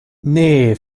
nee